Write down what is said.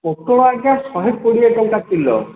ପୋଟଳ ଆଜ୍ଞା ଶହେ କୋଡ଼ିଏ ଟଙ୍କା କିଲୋ